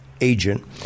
agent